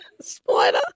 Spider